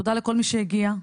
תודה לכל מי שהגיע,